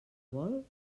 vol